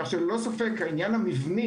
כך שהעניין המבני